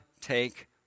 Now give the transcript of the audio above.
take